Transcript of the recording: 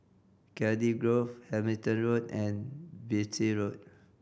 Cardiff Grove Hamilton Road and Beatty Road